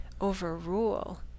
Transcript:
overrule